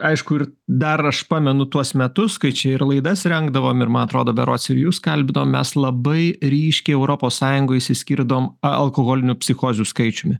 aišku ir dar aš pamenu tuos metus kai čia ir laidas rengdavom ir man atrodo berods ir jus kalbinom mes labai ryškiai europos sąjungoj išsiskirdavom alkoholinių psichozių skaičiumi